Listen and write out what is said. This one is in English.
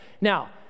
Now